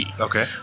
Okay